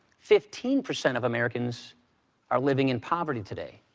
fifteen percent of americans are living in poverty today.